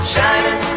Shining